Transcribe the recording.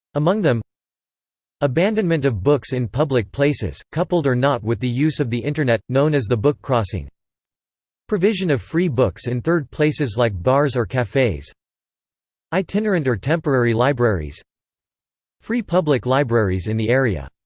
among them abandonment of books in public places, coupled or not with the use of the internet, known as the bookcrossing provision of free books in third places like bars or cafes itinerant or temporary libraries free public libraries in the area.